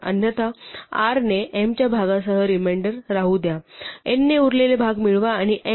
अन्यथा r ने m च्या भागासह रिमेंडर राहू द्या n ने उरलेले भाग मिळवा आणि n r ची gcd परत करा